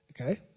Okay